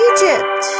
Egypt